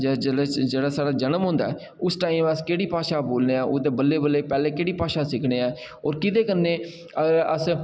जां जेल्लै जेल्लै साढ़ा जन्म होंदा ऐ उस टाइम अस केह्ड़ी भाशा बोलने आं ते बल्लें बल्लें पैह्लें केह्ड़ी भाशा सिक्खने ऐं होर केह्दे कन्नै अस